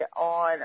on